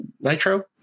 Nitro